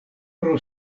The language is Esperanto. pro